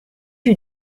you